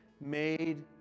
made